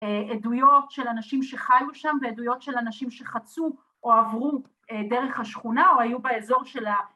‫עדויות של אנשים שחיו שם ‫ועדויות של אנשים שחצו ‫או עברו דרך השכונה ‫או היו באזור של ה...